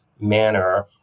Manner